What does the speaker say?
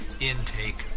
intake